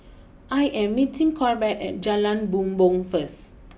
I am meeting Corbett at Jalan Bumbong first